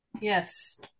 yes